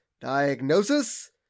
Diagnosis